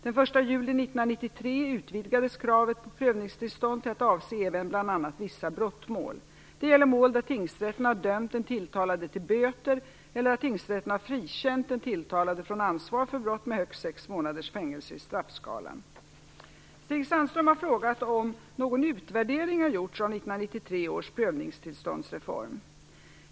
Den 1 juli 1993 utvidgades kravet på prövningstillstånd till att även avse bl.a. vissa brottmål. Det gäller mål där tingsrätten har dömt den tilltalade till böter eller där tingsrätten har frikänt den tilltalade från ansvar för brott med högst sex månaders fängelse i straffskalan. Stig Sandström har frågat om någon utvärdering har gjorts av 1993 års prövningstillståndsreform.